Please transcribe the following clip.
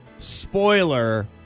Spoiler